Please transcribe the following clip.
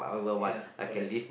ya correct